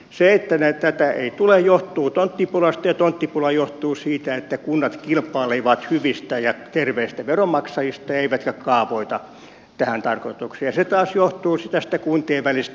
se että tätä ei tule johtuu tonttipulasta ja tonttipula johtuu siitä että kunnat kilpailevat hyvistä ja terveistä veronmaksajista eivätkä kaavoita tähän tarkoitukseen ja se taas johtuu tästä kuntien välisestä ihanasta kilpailusta